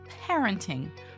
parenting